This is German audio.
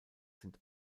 sind